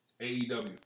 AEW